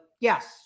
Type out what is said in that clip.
yes